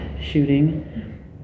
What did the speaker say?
shooting